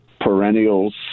perennials